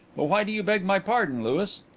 but why do you beg my pardon, louis?